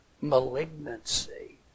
Malignancy